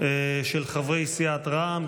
של חברי סיעת רע"מ.